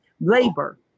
labor